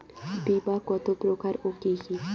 বীমা কত প্রকার ও কি কি?